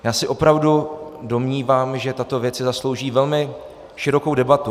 Já se opravdu domnívám, že tato věc si zaslouží velmi širokou debatu.